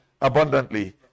abundantly